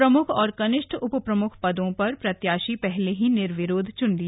प्रमुख और कनिष्ठ उपप्रमुख पदों पर प्रत्याशी पहले ही निर्विरोध चुन लिए गए है